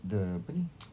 the apa ni